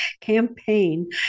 campaign